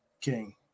King